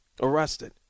arrested